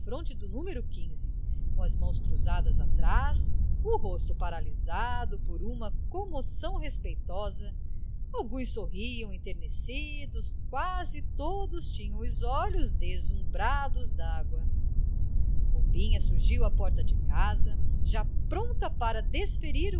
defronte do numero quinze com as mãos cruzadas atrás o rosto paralisado por uma comoção respeitosa alguns sorriam enternecidos quase todos tinham os olhos ressumbrados dágua pombinha surgiu à porta de casa já pronta para desferir